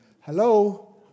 Hello